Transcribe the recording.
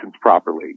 properly